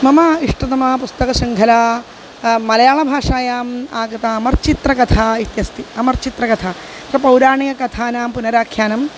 मम इष्टतमा पुस्तकशृङ्खला मलयाळभाषायाम् आगता अमरचित्रकथा इत्यस्ति अमरचित्रकथा तत्र पौराणिक कथानां पुनराख्यानम्